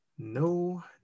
No